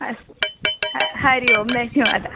अस्तु ह हरिः ओम् धन्यवादः